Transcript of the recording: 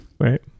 Right